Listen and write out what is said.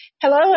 Hello